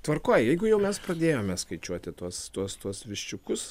tvarkoj jeigu jau mes pradėjome skaičiuoti tuos tuos tuos viščiukus